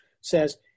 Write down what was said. says